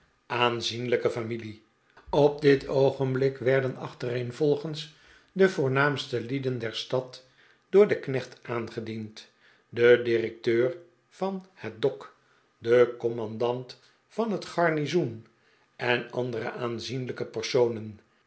aanzienlijke familie op dit oogenblik werden achtereenvolgens de voornaamste lieden der stad door den kneclit aangediend de directeur van het dok de commandant van het garnizoen en andere aanzienlijke persohen